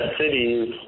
cities